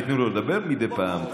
תנו לו לדבר מדי פעם,